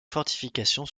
fortifications